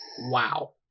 Wow